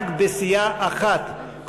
רק בסיעה אחת,